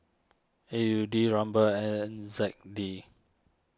A U D Ruble N Z D